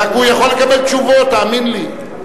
רק הוא יכול לקבל תשובות, תאמין לי.